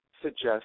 suggest